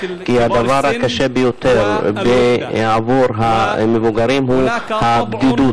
כי הדבר הקשה ביותר עבור המבוגרים הוא הבדידות.